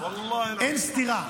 אין סתירה,